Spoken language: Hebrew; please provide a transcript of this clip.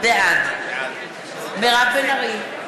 בעד מירב בן ארי,